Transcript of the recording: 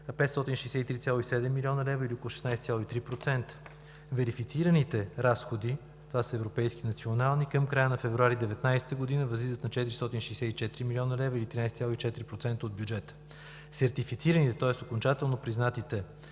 са 563,7 млн. лв. или около 16,3%. Верифицираните разходи, това са европейски и национални, към края на февруари 2019 г., възлизат на 464 млн. или 13,4% от бюджета. Сертифицираните, тоест окончателно признатите